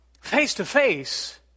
face-to-face